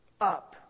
up